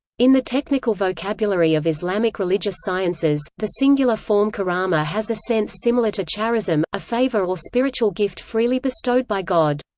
in the technical vocabulary of islamic religious sciences, the singular form karama has a sense similar to charism, a favor or spiritual gift freely bestowed by god.